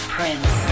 Prince